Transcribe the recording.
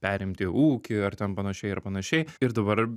perimti ūkį ar ten panašiai ir panašiai ir dabar